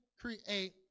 create